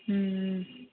ம் ம்